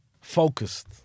focused